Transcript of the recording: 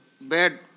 bad